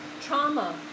trauma